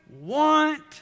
want